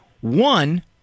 One